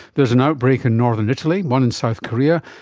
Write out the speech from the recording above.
there is an outbreak in northern italy, one in south korea,